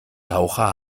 taucher